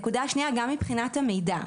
נקודה שנייה, גם מבחינת המידע.